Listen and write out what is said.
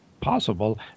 possible